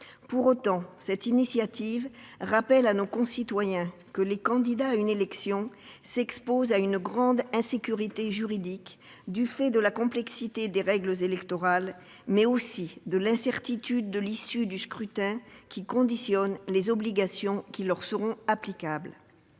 Pour autant, cette initiative rappelle à nos concitoyens que les candidats à une élection s'exposent à une grande insécurité juridique, du fait de la complexité des règles électorales, mais aussi de l'incertitude liée à l'issue du scrutin, conditionnant les obligations qui leur seront applicables.